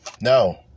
no